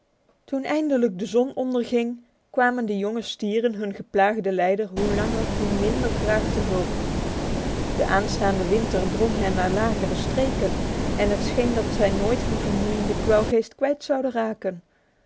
toen eindelijk de zon onderging kwamen de jonge stieren hun geplaagden leider hoe langer hoe minder graag te hulp de aanstaande winter drong hen naar lagere streken en het scheen dat zij nooit hun vermoeiende kwelgeest kwijt zouden raken